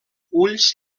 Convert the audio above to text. ulls